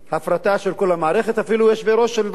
הפרטה של כל המערכת, אפילו יושבי-ראש של ועדות,